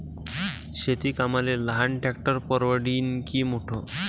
शेती कामाले लहान ट्रॅक्टर परवडीनं की मोठं?